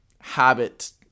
habit